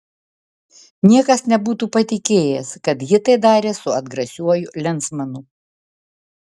niekas nebūtų patikėjęs kad ji tai darė su atgrasiuoju lensmanu